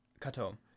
Kato